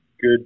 good